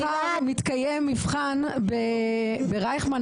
מחר מתקיים מבחן ברייכמן,